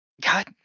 god